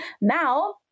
now